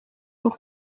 pour